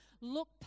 look